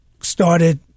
started